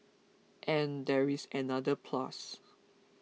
and there is another plus